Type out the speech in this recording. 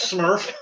Smurf